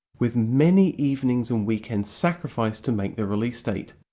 with many evenings and weekends sacrificed to make the release date.